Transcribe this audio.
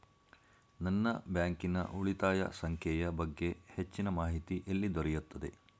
ನನ್ನ ಬ್ಯಾಂಕಿನ ಉಳಿತಾಯ ಸಂಖ್ಯೆಯ ಬಗ್ಗೆ ಹೆಚ್ಚಿನ ಮಾಹಿತಿ ಎಲ್ಲಿ ದೊರೆಯುತ್ತದೆ?